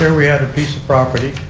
and we had a piece of property.